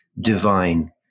divine